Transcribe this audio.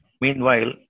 Meanwhile